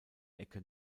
ecke